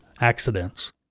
accidents